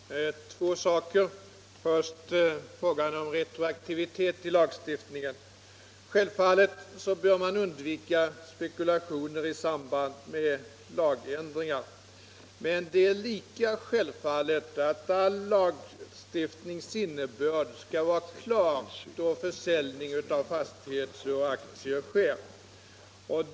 Herr talman! Jag skall ta upp två frågor. Den första frågan gäller retroaktivitet i lagstiftningen. Självfallet bör man undvika spekulationer i samband med lagändringar, men det är lika självklart att innebörden av all lagstiftning skall vara klar då försäljning av fastigheter och aktier sker.